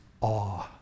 awe